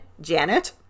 Janet